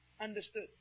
understood